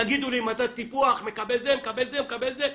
תגידו לי מדד טיפוח מקבל זה, מקבל זה, מקבל זה.